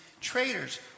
traitors